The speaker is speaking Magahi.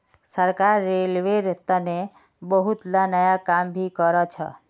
सरकार रेलवेर तने बहुतला नया काम भी करछ